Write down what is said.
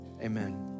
amen